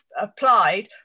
applied